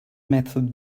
method